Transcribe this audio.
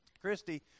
Christy